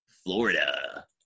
Florida